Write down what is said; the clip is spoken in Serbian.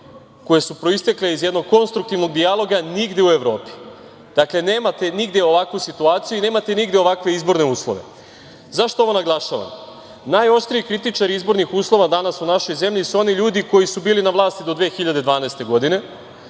koji su proistekli iz jednog konstruktivnog dijaloga nigde u Evropi. Nemate nigde ovakvu situaciju i nemate nigde ovakve izborne uslove.Zašto ovo naglašavam? Najoštriji kritičari izbornih uslova danas u našoj zemlji u oni ljudi koji su bili na vlasti do 2012. godine,